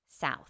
South